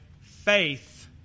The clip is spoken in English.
faith